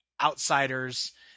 outsider's